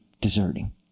deserting